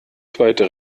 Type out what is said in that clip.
zweite